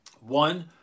one